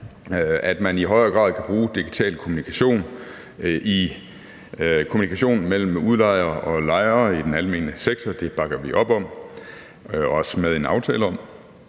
at man i højere grad kan bruge digital kommunikation mellem udlejere og lejere i den almene sektor bakker vi op om og er også med i en aftale om.